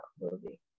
movie